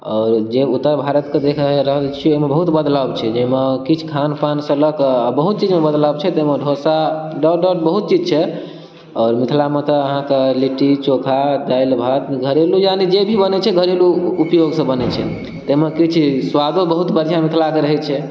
आओर जे उत्तर भारतके देखि रहल छियै ओहिमे बहुत बदलाव छै जेइमे किछ खान पान से लऽकऽ आ बहुत चीजमे बदलाव छै ताहिमे ढोसा डोट डोट बहुत चीज छै आओर मिथिलामे तऽ अहाँकेँ लिट्टी चोखा दालि भात घरेलू यानि जे भी बनैत छै घरेलू उपयोग से बनैत छै ताहिमे किछु स्वादो बहुत बढ़िआँ मिथिलाके रहैत छै